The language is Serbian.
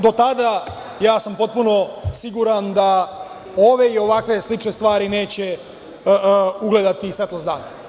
Do tada, ja sam potpuno siguran da ove i ovakve slične stvari neće ugledati svetlost dana.